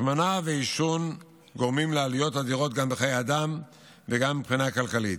השמנה ועישון גורמות לעלויות אדירות גם בחיי אדם וגם מבחינה כלכלית: